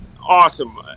awesome